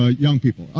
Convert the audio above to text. ah young people,